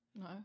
No